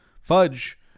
fudge